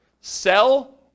sell